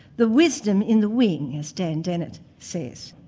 the wisdom in the ring, as dan dennett says.